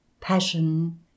passion